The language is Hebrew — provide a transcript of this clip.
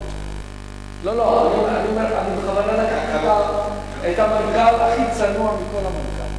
אני בכוונה לקחתי את המנכ"ל הכי צנוע מכל המנכ"לים.